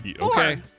Okay